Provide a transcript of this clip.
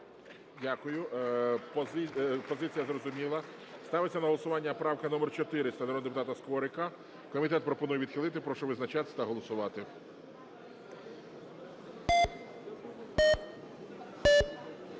Дякую. Позиція зрозуміла. Ставиться на голосування правка номер 400 народного депутата Скорика. Комітет пропонує відхилити. Прошу визначатись та голосувати.